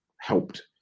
helped